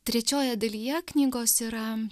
trečiojoje dalyje knygos yra